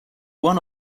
one